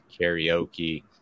karaoke